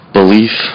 belief